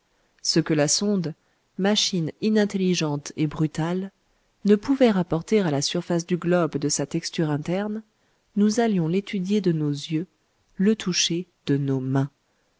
ce que la sonde machine inintelligente et brutale ne pouvait rapporter à la surface du globe de sa texture interne nous allions l'étudier de nos yeux le toucher de nos mains